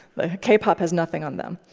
the k pop has nothing on them.